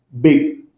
big